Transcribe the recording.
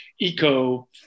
eco